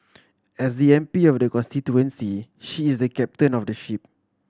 as the M P of the constituency she is the captain of the ship